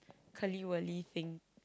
curly wurly thing